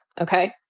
Okay